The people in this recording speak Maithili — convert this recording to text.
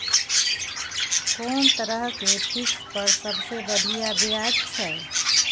कोन तरह के फिक्स पर सबसे बढ़िया ब्याज छै?